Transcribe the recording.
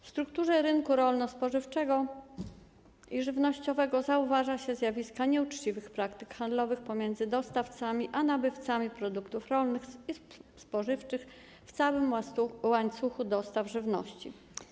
W strukturze rynku rolno-spożywczego i żywnościowego zauważa się zjawiska nieuczciwych praktyk handlowych pomiędzy dostawcami a nabywcami produktów rolnych i spożywczych w całym łańcuchu dostaw żywności.